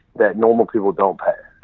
that normal people don't pay.